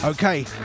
Okay